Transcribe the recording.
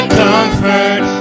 comfort